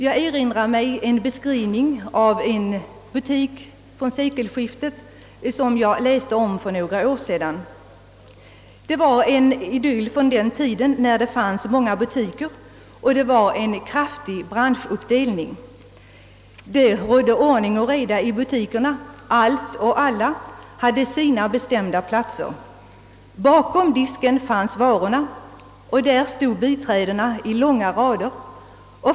Jag erinrar mig en beskrivning av en butik från sekelskiftet som jag läste om för några år sedan. Det var en beskrivning av en butik från den tid då det fanns många butiker och en kraftig branschuppdelning. Det rådde ordning och reda i butikerna. Allt och alla hade sina bestämda platser. Bakom disken fanns varorna och där stod biträdena i långa rader.